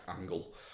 angle